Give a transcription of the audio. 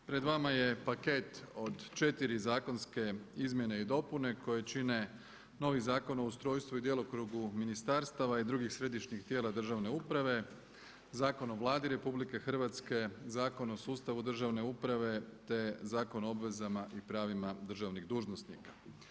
Pred vama je paket od 4 zakonske izmjene i dopune koje čine novi Zakon o ustrojstvu i djelokrugu ministarstava i drugih središnjih tijela državne uprave, Zakon o Vladi Republike Hrvatske, Zakon o sustavu državne uprave te Zakon o obvezama i pravima držanih dužnosnika.